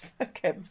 Okay